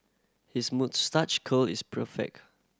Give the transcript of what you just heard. his moustache curl is per fake